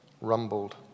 rumbled